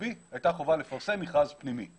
פומבי הייתה חובה לפרסם מכרז פנימי.